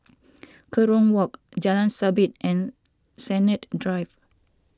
Kerong Walk Jalan Sabit and Sennett Drive